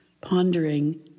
pondering